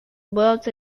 built